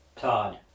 Todd